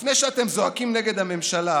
לפני שאתם זועקים נגד הממשלה,